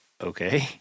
okay